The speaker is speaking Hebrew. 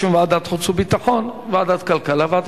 בעד,